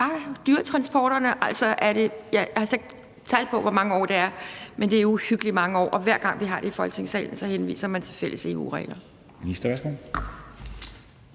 Bare dyretransporterne – altså, jeg har slet ikke tal på, hvor mange år det er foregået, men det er uhyggelig mange år. Og hver gang vi har det til debat i Folketingssalen, henviser man til fælles EU-regler.